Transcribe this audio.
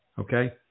okay